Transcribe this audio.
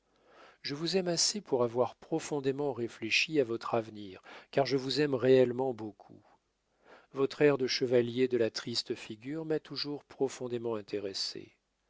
je vous aime assez pour avoir profondément réfléchi à votre avenir car je vous aime réellement beaucoup votre air de chevalier de la triste figure m'a toujours profondément intéressée